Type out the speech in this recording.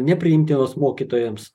nepriimtinos mokytojams